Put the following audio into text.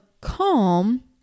calm